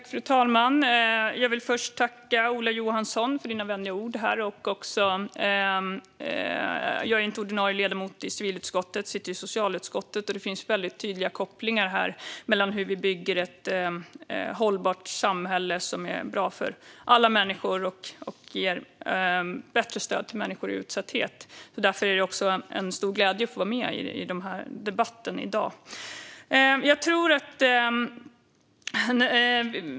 Fru talman! Jag vill först tacka Ola Johansson för vänliga ord. Jag är inte ordinarie ledamot i civilutskottet. Jag sitter i socialutskottet, och det finns tydliga kopplingar mellan hur vi bygger ett hållbart samhälle som är bra för alla människor och som ger bättre stöd till människor i utsatthet. Därför är det en stor glädje att få vara med i debatten i dag.